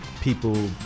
people